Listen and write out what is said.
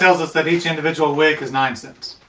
yeah us us that each individual wig is nine cents